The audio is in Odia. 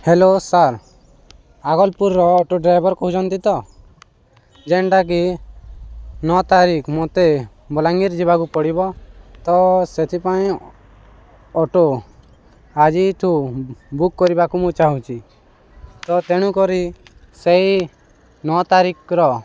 ହ୍ୟାଲୋ ସାର୍ ଆଗଲ୍ପୁର୍ର ଅଟୋ ଡ୍ରାଇଭର୍ କହୁଛନ୍ତି ତ ଯେନ୍ଟାକି ନଅ ତାରିଖ୍ ମତେ ବଲାଙ୍ଗୀର ଯିବାକୁ ପଡ଼ିବ ତ ସେଥିପାଇଁ ଅଟୋ ଆଜିଠୁ ବୁକ୍ କରିବାକୁ ମୁଁ ଚାହୁଁଛି ତ ତେଣୁକରି ସେଇ ନଅ ତାରିଖ୍ର